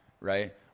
Right